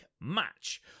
match